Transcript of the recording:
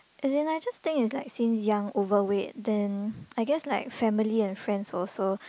as in I just think is like since young overweight then I guess like family and friends also